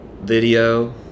video